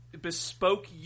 bespoke